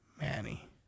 Manny